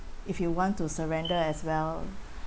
if you want to surrender as well